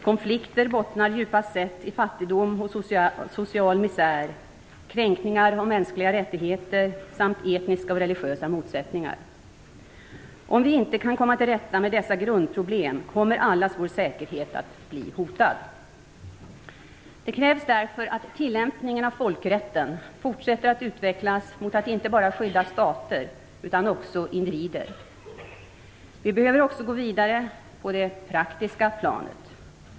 Konflikter bottnar djupast sett i fattigdom och social misär, kränkningar av mänskliga rättigheter samt etniska och religiösa motsättningar. Om vi inte kan komma till rätta med dessa grundproblem kommer allas vår säkerhet att förbli hotad. Det krävs därför att tillämpningen av folkrätten fortsätter att utvecklas mot att inte bara skydda stater utan också individer. Vi behöver också gå vidare på det praktiska planet.